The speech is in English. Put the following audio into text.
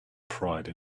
pride